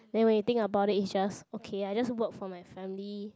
then when you think about it it's just okay I just work for my family